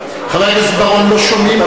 גם, חבר הכנסת בר-און, לא שומעים אותך.